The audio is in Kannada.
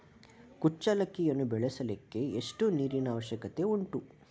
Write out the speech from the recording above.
ಕುಚ್ಚಲಕ್ಕಿಯನ್ನು ಬೆಳೆಸಲಿಕ್ಕೆ ಎಷ್ಟು ನೀರಿನ ಅವಶ್ಯಕತೆ ಉಂಟು?